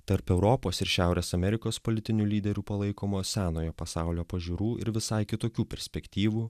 tarp europos ir šiaurės amerikos politinių lyderių senojo pasaulio pažiūrų ir visai kitokių perspektyvų